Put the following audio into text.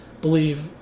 believe